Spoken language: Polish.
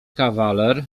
kawaler